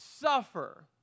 suffer